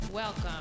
Welcome